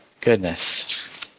Goodness